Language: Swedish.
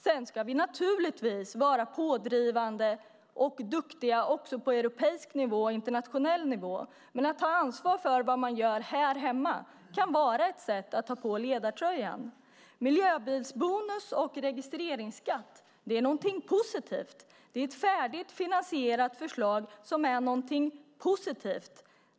Sedan ska vi naturligtvis vara pådrivande och duktiga också på europeisk och internationell nivå, men att ta ansvar för vad man gör här hemma kan vara ett sätt att ta på ledartröjan. Miljöbilsbonus och registreringsskatt är ett färdigt och finansierat förslag som är någonting positivt.